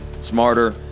smarter